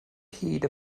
hyd